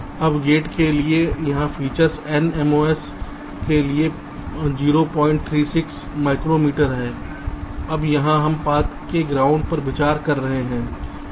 अब गेट के लिए यहाँ फीचर्स nMOS के लिए 036 माइक्रोमीटर हैं और अब यहाँ हम पाथ से ग्राउंड पर विचार कर रहे हैं जो nMOS है